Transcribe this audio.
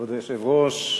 כבוד היושב-ראש,